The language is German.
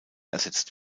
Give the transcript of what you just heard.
ersetzt